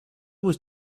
was